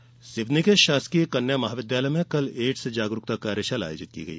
ads कार्यशाला सिवनी के शासकीय कन्या महाविद्यालय में कल एड्स जागरूकता कार्यशाला आयोजित की गई